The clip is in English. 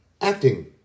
acting